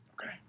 Okay